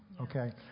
Okay